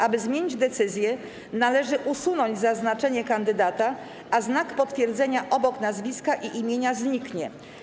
Aby zmienić decyzję, należy usunąć zaznaczenie kandydata, a znak potwierdzenia obok nazwiska i imienia zniknie.